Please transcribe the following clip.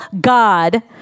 God